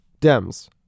Dems